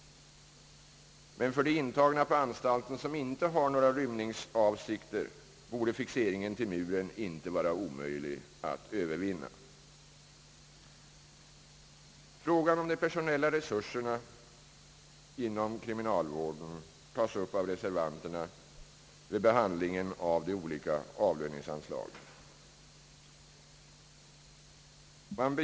Men för de intagna på anstalten som inte har några rymningsavsikter borde fixeringen till muren inte vara omöjlig att övervinna. Frågan om de personella vårdresurserna inom kriminalvården tas upp av reservanterna vid behandlingen av de olika avlöningsanslagen vid utskottsutlåtandet. Bl.